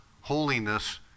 holiness